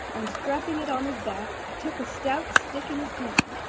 and strapping it on his back, took a stout stick in his hand,